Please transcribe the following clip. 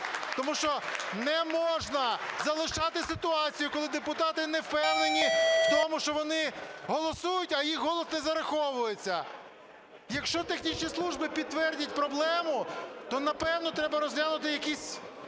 Тому що не можна залишати ситуацію, коли депутати не впевнені в тому, що вони голосують, а їх голос не зараховується. Якщо технічні служби підтвердять проблему, то, напевно, треба розглянути якісь